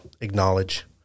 acknowledge